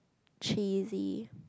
cheesy